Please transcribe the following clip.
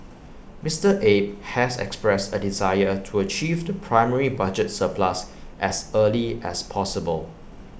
Mister Abe has expressed A desire to achieve the primary budget surplus as early as possible